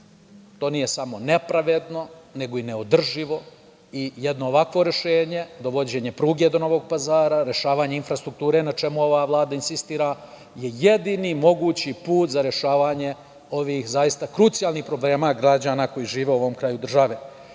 to nije samo nepravedno, nego i ne održivo i jedno ovakvo rešenje, dovođenje pruge do Novog Pazara, rešavanje infrastrukture, na čemu ova Vlada insistira, je jedini mogući put za rešavanje ovih zaista krucijalnih problema građana koji žive u ovom kraju države.